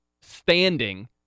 standing